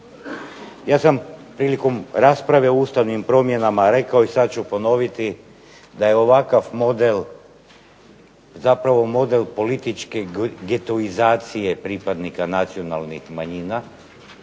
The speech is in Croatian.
Ja sam prilikom rasprave o Ustavnim promjenama rekao i sada ću ponoviti da je ovakav model političke getoizacije pripadnika nacionalnih manjina,